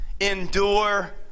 endure